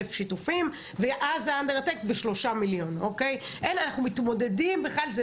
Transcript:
שיתופים ו- Gaza under attack קיבלה 3,000,000 שיתופים.